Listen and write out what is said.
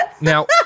Now